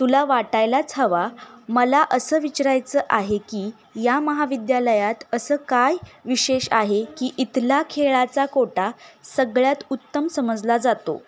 तुला वाटायलाच हवा मला असं विचारायचं आहे की या महाविद्यालयात असं काय विशेष आहे की इथला खेळाचा कोटा सगळ्यात उत्तम समजला जातो